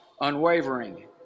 unwavering